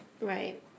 Right